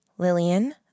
Lillian